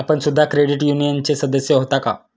आपण सुद्धा क्रेडिट युनियनचे सदस्य होता का?